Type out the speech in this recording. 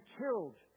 killed